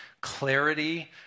clarity